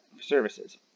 services